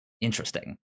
Interesting